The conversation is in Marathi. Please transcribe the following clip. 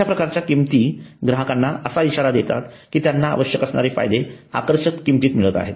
या प्रकारच्या किंमती ग्राहकांना असा इशारा देतात की त्यांना आवश्यक असणारे फायदे आकर्षक किंमतीत मिळत आहेत